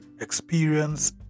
experience